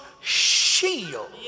shield